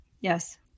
Yes